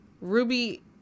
Ruby